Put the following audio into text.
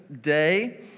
Day